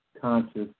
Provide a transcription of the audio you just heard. conscious